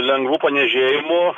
lengvu paniežėjimu